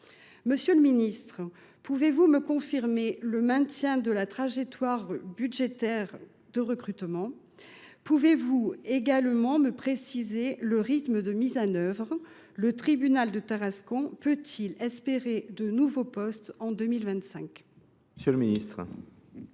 Monsieur le ministre, pouvez vous me confirmer le maintien de la trajectoire budgétaire de recrutement ? Pouvez vous également me préciser le rythme de mise en œuvre ? Le tribunal de Tarascon peut il espérer de nouveaux postes en 2025 ? La parole est